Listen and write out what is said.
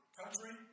country